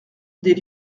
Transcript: des